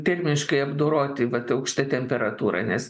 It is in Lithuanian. termiškai apdoroti vat aukšta temperatūra nes